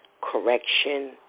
correction